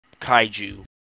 kaiju